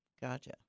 Gotcha